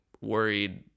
worried